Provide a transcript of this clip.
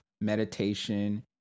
meditation